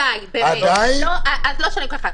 אז אולי לא שואלים ככה,